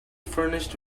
furnished